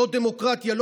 לא דמוקרטיה,